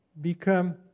become